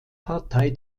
partei